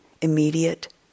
immediate